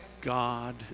God